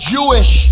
Jewish